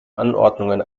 anordnungen